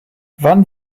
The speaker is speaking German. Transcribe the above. wann